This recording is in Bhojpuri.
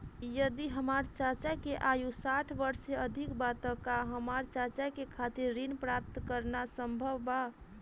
यदि हमार चाचा के आयु साठ वर्ष से अधिक बा त का हमार चाचा के खातिर ऋण प्राप्त करना संभव बा?